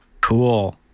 Cool